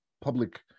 public